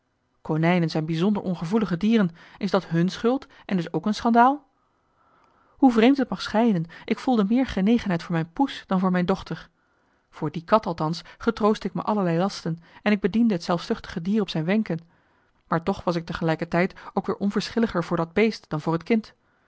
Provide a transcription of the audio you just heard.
konijnen zijn bijzonder ongevoelige dieren is dat hun schuld en dus ook een schandaal hoe vreemd t mag schijnen ik voelde meer genegenheid voor mijn poes dan voor mijn dochter voor die kat althans getroostte ik me allerlei lasten en ik bediende het zelfzuchtige dier op zin wenken maar toch was ik tegelijkertijd ook weer onverschilliger voor dat beest dan voor het kind